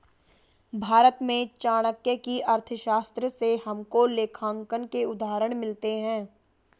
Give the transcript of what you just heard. भारत में चाणक्य की अर्थशास्त्र से हमको लेखांकन के उदाहरण मिलते हैं